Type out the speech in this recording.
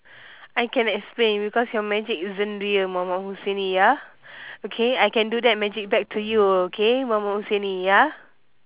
I can explain because your magic isn't real muhammad husaini ya okay I can do that magic back to you okay muhammad husaini ya